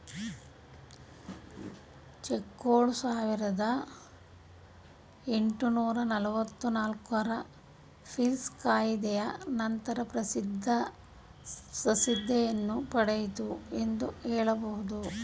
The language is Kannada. ಚೆಕ್ಗಳು ಸಾವಿರದ ಎಂಟುನೂರು ನಲವತ್ತು ನಾಲ್ಕು ರ ಪೀಲ್ಸ್ ಕಾಯಿದೆಯ ನಂತರ ಪ್ರಸಿದ್ಧಿಯನ್ನು ಪಡೆಯಿತು ಎಂದು ಹೇಳಬಹುದು